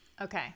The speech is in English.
Okay